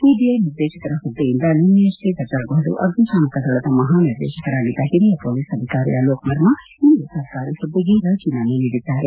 CII ನಿರ್ದೇಶಕರ ಹುದ್ದೆಯಿಂದ ನಿನ್ನೆಯಷ್ಷೇ ವಜಾಗೊಂಡು ಅಗ್ನಿಶಾಮಕ ದಳದ ಮಹಾ ನಿರ್ದೇಶಕರಾಗಿದ್ದ ಓರಿಯ ಮೊಲೀಸ್ ಅಧಿಕಾರಿ ಅಲೋಕ್ ವರ್ಮಾ ಇಂದು ಸರ್ಕಾರಿ ಹುದ್ದೆಗೆ ರಾಜೀನಾಮೆ ನೀಡಿದ್ದಾರೆ